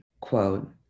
quote